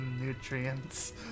nutrients